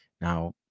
Now